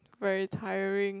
very tiring